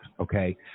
okay